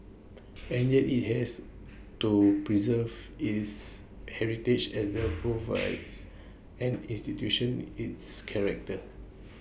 and yet IT has to preserve its heritage as that provides an institution its character